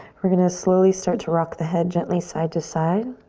we're gonna slowly start to rock the head gently side to side.